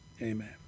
Amen